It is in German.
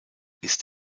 ist